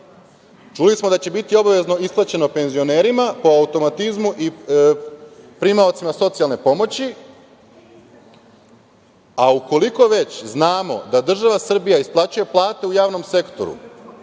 Čuli smo da će biti obavezno isplaćeno penzionerima, po automatizmu i primaocima socijalne pomoći, a ukoliko već znamo da država Srbija isplaćuje plate u javnom sektoru,